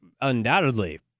undoubtedly